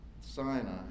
Sinai